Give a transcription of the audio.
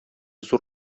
зур